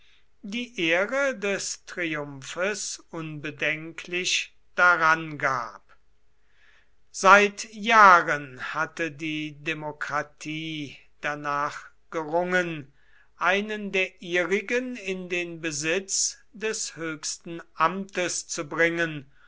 die ehre des triumphes unbedenklich darangab seit jahren hatte die demokratie danach gerungen einen der ihrigen in den besitz des höchsten amtes zu bringen